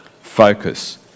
focus